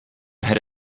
had